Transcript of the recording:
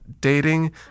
dating